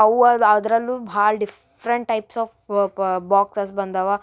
ಅವ್ ಅದು ಅದರಲ್ಲೂ ಭಾಳ ಡಿಫ್ರೆಂಟ್ ಟೈಪ್ಸ್ ಆಫ್ ಪ ಬಾಕ್ಸಸ್ ಬಂದವೆ